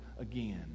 again